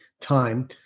time